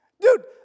Dude